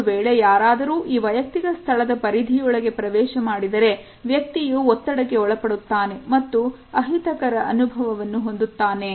ಒಂದು ವೇಳೆ ಯಾರಾದರೂ ಈ ವೈಯಕ್ತಿಕ ಸ್ಥಳದ ಪರಿಧಿಯೊಳಗೆ ಪ್ರವೇಶ ಮಾಡಿದರೆ ವ್ಯಕ್ತಿಯು ಒತ್ತಡಕ್ಕೆ ಒಳಪಡುತ್ತಾನೆ ಮತ್ತು ಅಹಿತಕರ ಅನುಭವವನ್ನು ಹೊಂದುತ್ತಾನೆ